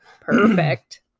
Perfect